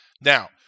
Now